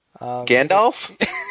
Gandalf